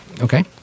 okay